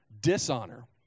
dishonor